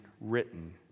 written